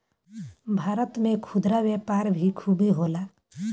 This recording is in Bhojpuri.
भारत में खुदरा व्यापार भी खूबे होला